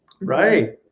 Right